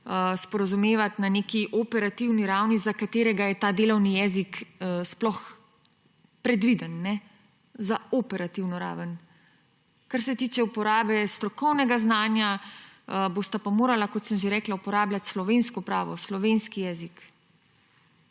sporazumevati na neki operativni ravni, za katero je ta delovni jezik sploh predviden, za operativno raven. Kar se tiče uporabe strokovnega znanja, bosta pa morala, kot sem že rekla, uporabljati slovensko pravo, slovenski jezik.